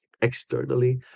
externally